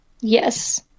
Yes